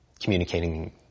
communicating